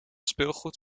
speelgoed